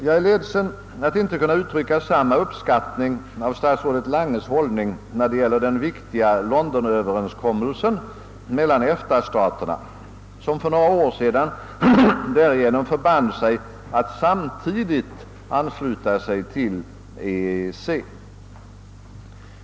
Jag är ledsen att inte kunna uttrycka samma uppskattning av statsrådet Langes hållning när det gäller den viktiga Londonöverenskommelsen mellan EFTA-staterna, vilka för några år sedan därigenom förband sig att samtidigt ansluta sig till EEC.